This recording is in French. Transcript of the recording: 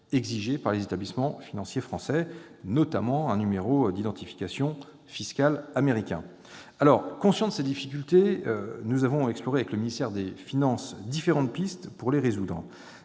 exigées par les établissements financiers français, notamment un numéro d'identification fiscale américain. Conscients de ces difficultés, nous avons exploré avec le ministère des finances différentes pistes, qui recoupent